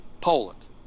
Poland